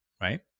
right